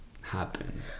happen